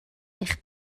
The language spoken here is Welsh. eich